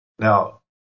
Now